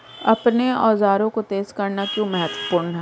अपने औजारों को तेज करना क्यों महत्वपूर्ण है?